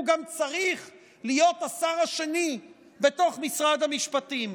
הוא גם צריך להיות השר השני בתוך משרד המשפטים.